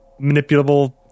manipulable